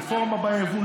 רפורמה ביבוא,